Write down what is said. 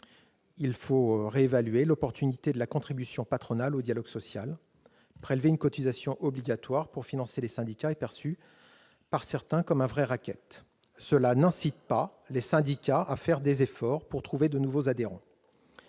Il faut réévaluer l'opportunité de la contribution patronale au dialogue social : prélever une cotisation obligatoire pour financer les syndicats est perçu par certains comme un véritable racket. Un tel prélèvement n'incite pas les syndicats à faire des efforts pour trouver de nouveaux adhérents.